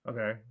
Okay